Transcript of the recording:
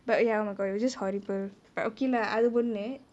but ya oh my god that was just horrible but okay lah அது ஒன்னு:athu onnu